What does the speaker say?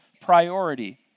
priority